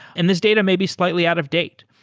and this data may be slightly out of date.